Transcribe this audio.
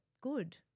good